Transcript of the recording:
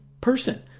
person